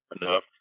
enough